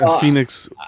phoenix